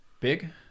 Big